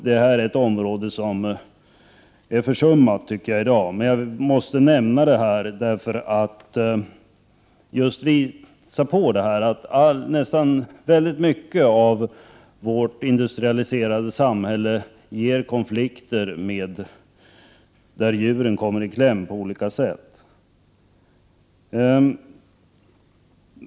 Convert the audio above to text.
Det här är ett område som är försummat i dag, och jag måste nämna det just för att visa på att mycket av det industrialiserade samhället ger konflikter där djuren kommer i kläm på olika sätt.